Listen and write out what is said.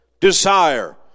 desire